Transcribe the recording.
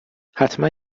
حتما